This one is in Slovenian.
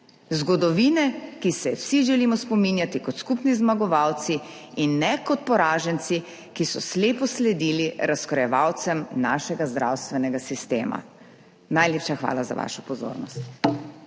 zgodovine, ki se je vsi želimo spominjati kot skupni zmagovalci in ne kot poraženci, ki so slepo sledili razkrojevalcem našega zdravstvenega sistema. Najlepša hvala za vašo pozornost.